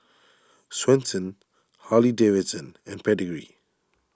Swensens Harley Davidson and Pedigree